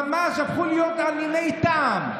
ממש הפכו להיות אניני טעם.